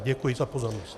Děkuji za pozornost.